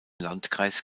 landkreis